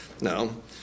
no